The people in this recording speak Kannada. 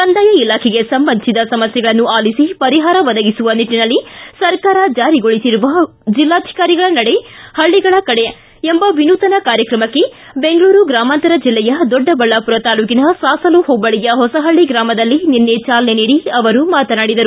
ಕಂದಾಯ ಇಲಾಖೆಗೆ ಸಂಬಂಧಿಸಿದ ಸಮಸ್ತೆಗಳನ್ನು ಆಲಿಸಿ ಪರಿಹಾರ ಒದಗಿಸುವ ನಿಟ್ಲಿನಲ್ಲಿ ಸರ್ಕಾರ ಜಾರಿಗೊಳಿಸಿರುವ ಜಿಲ್ಲಾಧಿಕಾರಿಗಳ ನಡೆ ಪಲ್ಲಗಳ ಕಡೆ ಎಂಬ ವಿನೂತನ ಕಾರ್ಯಕ್ರಮಕ್ಕೆ ಬೆಂಗಳೂರು ಗಾಮಾಂತರ ಜಿಲ್ಲೆಯ ದೊಡ್ಡಬಳ್ಳಾಪುರ ತಾಲ್ಲೂಕಿನ ಸಾಸಲು ಹೋಬಳಿಯ ಹೊಸಹಳ್ಳಿ ಗ್ರಾಮದಲ್ಲಿ ನಿನ್ನೆ ಚಾಲನೆ ನೀಡಿ ಅವರು ಮಾತನಾಡಿದರು